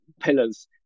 pillars